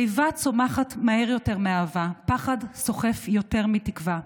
איבה צומחת מהר יותר מאהבה, פחד סוחף יותר מתקווה.